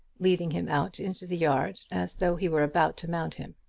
leading him out into the yard as though he were about to mount him.